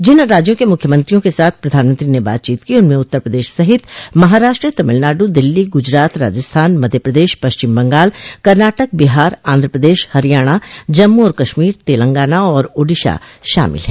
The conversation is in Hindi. जिन राज्यों के मुख्यमंत्रियों के साथ प्रधानमंत्री ने बातचीत की उनमें उत्तर प्रदेश सहित महाराष्ट्र तमिलनाडु दिल्ली गुजरात राजस्थान मध्य प्रदेश पश्चिम बंगाल कर्नाटक बिहार आंध्र प्रदेश हरियाणा जम्मू और कश्मीर तेलंगाना और ओडिशा शामिल हैं